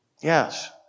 Yes